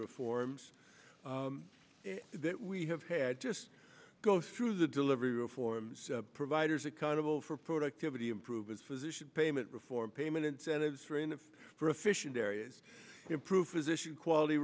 reforms that we have had just go through the delivery reforms providers accountable for productivity improvements physician payment reform payment incentives for in the for efficient areas improve physician quality